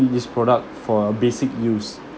need this product for basic use